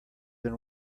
than